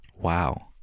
Wow